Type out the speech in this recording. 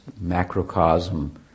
macrocosm